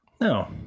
No